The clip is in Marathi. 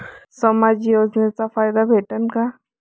समाज योजनेचा फायदा भेटन का?